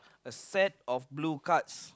a set of blue cards